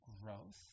growth